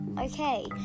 Okay